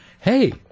hey